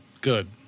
Good